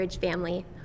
family